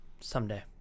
someday